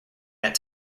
that